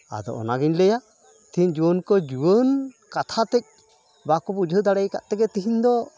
ᱟᱫᱚ ᱚᱱᱟᱜᱤᱧ ᱞᱟᱹᱭᱟ ᱛᱤᱦᱤᱧ ᱡᱩᱣᱟᱹᱱ ᱠᱚ ᱡᱩᱭᱟᱹᱱ ᱠᱟᱛᱷᱟ ᱛᱮᱫ ᱵᱟᱠᱚ ᱵᱩᱡᱷᱟᱹᱣ ᱫᱟᱲ ᱟᱠᱟᱫ ᱛᱮᱜᱮ ᱛᱤᱦᱤᱧ ᱫᱚ